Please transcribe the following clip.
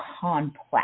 complex